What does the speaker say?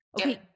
Okay